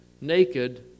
naked